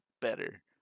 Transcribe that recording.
better